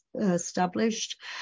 established